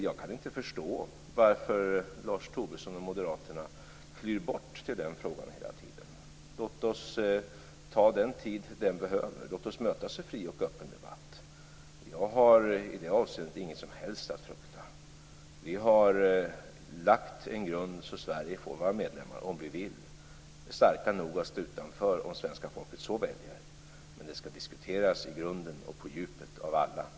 Jag kan inte förstå varför Lars Tobisson och moderaterna flyr bort till den frågan hela tiden. Låt oss ta den tid frågan behöver. Låt oss mötas i fri och öppen debatt. Jag har i det avseendet inget som helst att frukta. Vi har lagt en grund så att vi i Sverige får vara medlemmar om vi vill. Vi är också starka nog att stå utanför om svenska folket så väljer. Men det skall diskuteras i grunden och på djupet av alla.